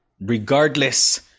regardless